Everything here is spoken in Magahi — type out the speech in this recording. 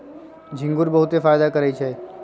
इंगूर बहुते फायदा करै छइ